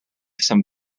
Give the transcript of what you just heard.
some